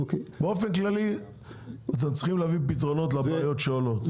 באופן כללי אתם צריכים להביא פתרונות לבעיות שעולות.